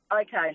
Okay